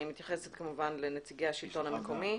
אתם זה השלטון המקומי,